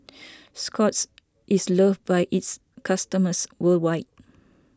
Scott's is loved by its customers worldwide